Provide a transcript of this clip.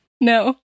No